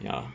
ya